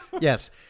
Yes